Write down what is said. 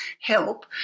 help